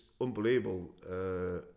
unbelievable